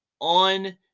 on